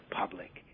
public